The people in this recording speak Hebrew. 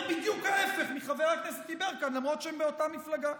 בדיוק להפך מחבר הכנסת יברקן למרות שהם מאותה מפלגה.